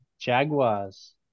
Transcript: Jaguars